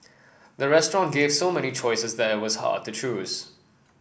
the restaurant gave so many choices that it was hard to choose